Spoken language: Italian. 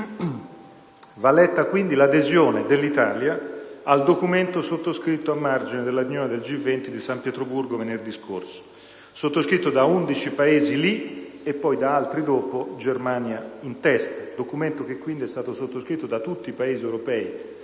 va letta quindi l'adesione dell'Italia al documento sottoscritto a margine della riunione del G20 di San Pietroburgo venerdì scorso, sottoscritto da 11 Paesi in quella sede e poi da altri successivamente (Germania in testa). È un documento che quindi è stato sottoscritto da tutti i Paesi europei